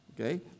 okay